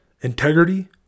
integrity